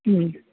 മ്മ്